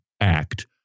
act